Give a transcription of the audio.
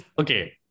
okay